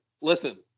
listen